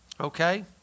okay